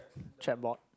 checkboard